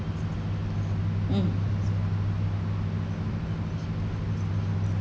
hmm